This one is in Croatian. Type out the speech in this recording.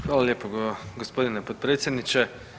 Hvala lijepo gospodine potpredsjedniče.